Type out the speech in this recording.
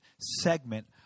segment